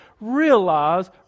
realize